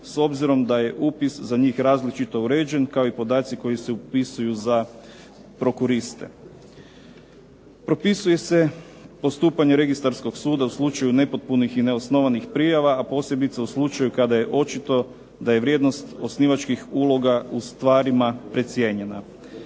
s obzirom da je upis za njih različito uređen, kao i podaci koji se upisuju za prokuriste. Propisuje se postupanje registarskog suda u slučaju nepotpunih i neosnovanih prijava, a posebice u slučaju kada je očito da je vrijednost osnivačkih uloga u stvarima precijenjena.